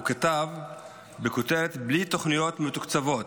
הוא כתב בכותרת: בלי תוכניות מתוקצבות